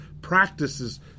practices